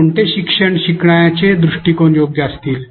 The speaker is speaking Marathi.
या साधनांसह शिक्षण शिकण्याचे कोणते दृष्टिकोन योग्य असतील